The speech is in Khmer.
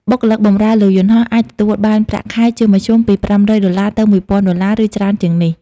បុគ្គលិកបម្រើលើយន្តហោះអាចទទួលបានប្រាក់ខែជាមធ្យមពី ៥០០ ដុល្លារទៅ ១,០០០ ដុល្លារ ឬច្រើនជាងនេះ។